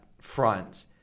front